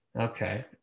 Okay